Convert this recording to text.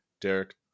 Derek